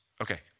Okay